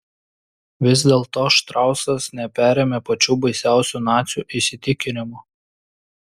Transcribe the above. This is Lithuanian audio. vis dėlto štrausas neperėmė pačių baisiausių nacių įsitikinimų